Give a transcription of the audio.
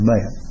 Man